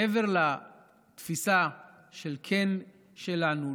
מעבר לתפיסה של כן שלנו,